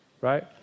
right